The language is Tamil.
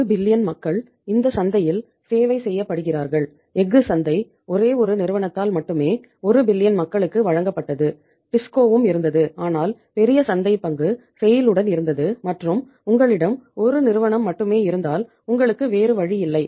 1 பில்லியன் உடன் இருந்தது மற்றும் உங்களிடம் 1 நிறுவனம் மட்டுமே இருந்தால் உங்களுக்கு வேறு வழியில்லை